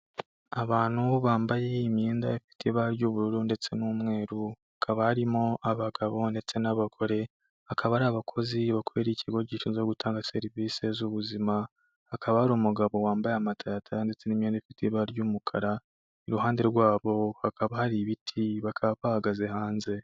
Abantu bambaye imyenda ifite ibara ry'ubururu ndetse n'umweru, hakaba harimo abagabo ndetse n'abagore, akaba ari abakozi bakorera ikigo gishinzwe gutanga serivise z'ubuzima, hakaba hari umugabo wambaye amataratara ndetse n'imyenda ifite ibara ry'umukara, iruhande rwabo hakaba hari ibiti, bakaba bahagaze hanze.